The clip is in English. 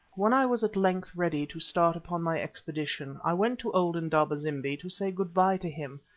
when i was at length ready to start upon my expedition, i went to old indaba-zimbi to say good-bye to him,